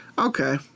okay